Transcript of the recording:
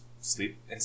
sleep